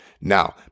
Now